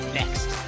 next